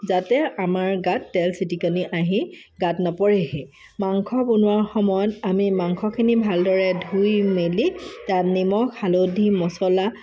যাতে আমাৰ গাত তেল ছিটিকনি আহি গাত নপৰেহি মাংস বনোৱা সময়ত আমি মাংসখিনি ভালদৰে ধুই মেলি তাত নিমখ হালধি মচলা